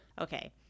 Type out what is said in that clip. okay